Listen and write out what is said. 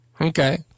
Okay